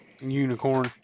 Unicorn